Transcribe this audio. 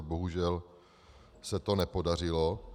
Bohužel se to nepodařilo.